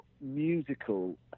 musical